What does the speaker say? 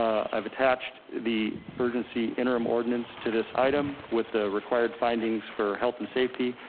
i've attached the. urgency interim ordinance to this item, with the required findings for health and safety,